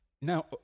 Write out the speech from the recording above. Now